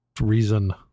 reason